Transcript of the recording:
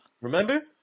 Remember